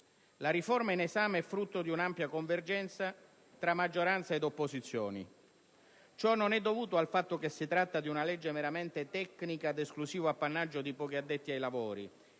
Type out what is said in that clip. La riforma in esame è frutto di un'ampia convergenza tra maggioranza ed opposizioni. Ciò non è dovuto al fatto che si tratta di una legge meramente tecnica ad esclusivo appannaggio di pochi addetti ai lavori,